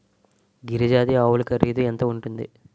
గిరి జాతి ఆవులు ఖరీదు ఎంత ఉంటుంది?